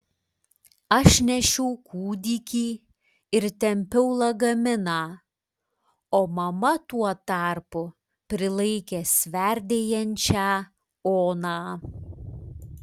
aš nešiau kūdikį ir tempiau lagaminą o mama tuo tarpu prilaikė sverdėjančią oną